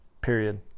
period